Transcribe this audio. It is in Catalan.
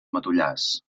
matollars